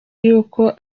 yuko